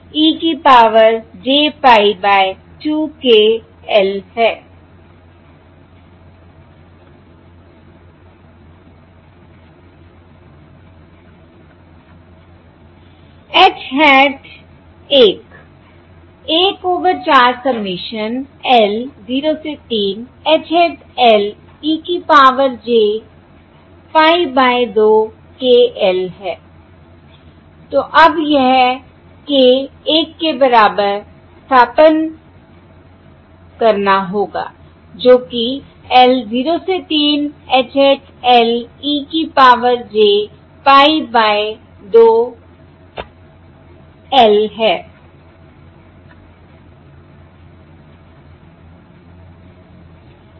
h hat 11 over 4 submission l 0 से 3 H hat l e की power j pie by 2 k l है तो अब यह k 1 के बराबर स्थानापन्न करना होगा जो कि l 0 से 3 H hat l e की power j pie by 2 l है